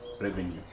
revenue